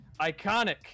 ICONIC